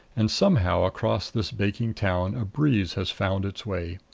and somehow across this baking town a breeze has found its way.